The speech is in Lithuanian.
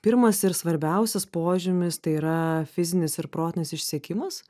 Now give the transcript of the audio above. pirmas ir svarbiausias požymis tai yra fizinis ir protinis išsekimas